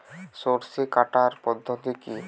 সরষে কাটার পদ্ধতি কি?